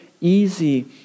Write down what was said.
easy